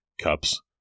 cups